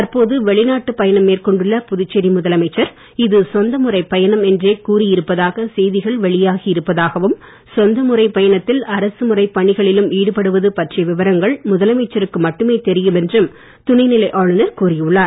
தற்போது வெளிநாட்டு பயணம் மேற்கொண்டுள்ள புதுச்சேரி முதலமைச்சர் இது சொந்த முறை பயணம் என்றே இருப்பதாக செய்திகள் வெளியாகி இருப்பதாகவும் கூறி சொந்தமுறை பயணத்தில் அரசு முறைப் பணிகளிலும் ஈடுபடுவது பற்றிய விவரங்கள் முதலமைச்சருக்கு மட்டுமே தெரியும் என்றும் துணை நிலை ஆளுநர் கூறி உள்ளார்